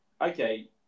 okay